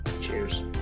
Cheers